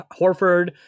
Horford